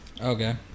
Okay